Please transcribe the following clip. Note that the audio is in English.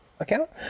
account